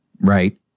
right